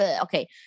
okay